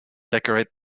decorate